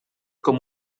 com